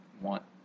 want